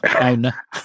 owner